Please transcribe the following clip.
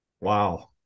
Wow